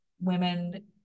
women